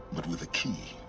but with a key